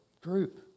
group